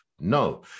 No